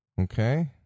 Okay